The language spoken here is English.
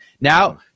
Now